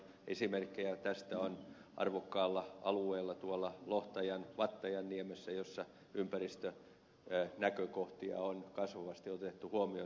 esimerkkejä tästä on arvokkaalla alueella lohtajan vattajanniemessä jossa ympäristönäkökohtia on kasvavasti otettu huomioon